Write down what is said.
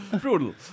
Brutal